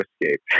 escape